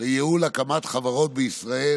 לייעול הקמת חברות בישראל,